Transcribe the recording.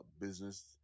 business